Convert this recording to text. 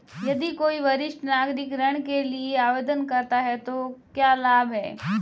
यदि कोई वरिष्ठ नागरिक ऋण के लिए आवेदन करता है तो क्या लाभ हैं?